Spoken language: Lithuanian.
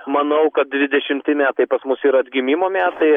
manau kad dvidešimti metai pas mus yra atgimimo metai